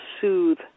soothe